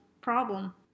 problem